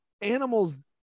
animals